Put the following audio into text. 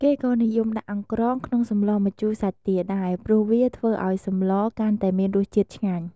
គេក៏និយមដាក់អង្រ្កងក្នុងសម្លម្ជូរសាច់ទាដែរ ព្រោះវាធ្វើឱ្យសម្លកាន់តែមានរសជាតិឆ្ងាញ់។